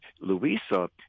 Louisa